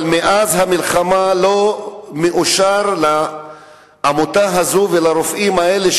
אבל מאז המלחמה לא מאושר לעמותה הזאת ולרופאים האלה,